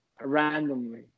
randomly